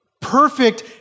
Perfect